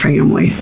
family